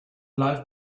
life